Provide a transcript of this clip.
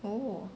oh